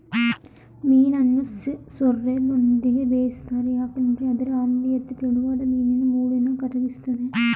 ಮೀನನ್ನು ಸೋರ್ರೆಲ್ನೊಂದಿಗೆ ಬೇಯಿಸ್ತಾರೆ ಏಕೆಂದ್ರೆ ಅದರ ಆಮ್ಲೀಯತೆ ತೆಳುವಾದ ಮೀನಿನ ಮೂಳೆನ ಕರಗಿಸ್ತದೆ